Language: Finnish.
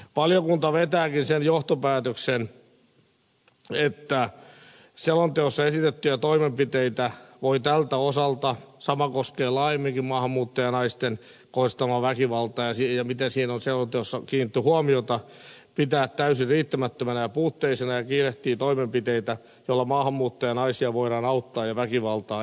valiokunta vetääkin sen johtopäätöksen että selonteossa esitettyjä toimenpiteitä voi tältä osalta sama koskee laajemminkin maahanmuuttajanaisiin kohdistuvaa väkivaltaa ja sitä miten siihen on selonteossa kiinnitetty huomiota pitää täysin riittämättöminä ja puutteellisina ja kiirehtii toimenpiteitä joilla maahanmuuttajanaisia voidaan auttaa ja väkivaltaa ehkäistä